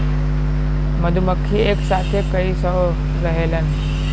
मधुमक्खी एक साथे कई सौ रहेलन